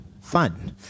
fun